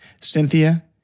Cynthia